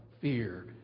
fear